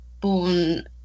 born